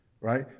Right